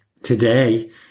Today